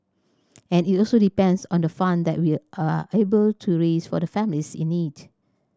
and it also depends on the fund that we are able to raise for the families in need